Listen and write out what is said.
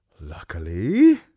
Luckily